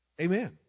Amen